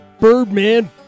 Birdman